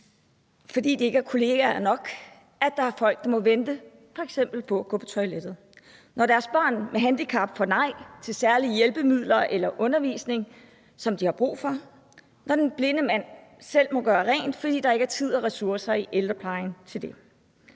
fordi der ikke er kollegaer nok – løber så hurtigt, at der er folk, der må vente med f.eks. at gå på toilettet; når deres børn med handicap får nej til særlige hjælpemidler eller undervisning, som de har brug for; og når den blinde mand selv må gøre rent, fordi der ikke er tid og ressourcer i ældreplejen til det.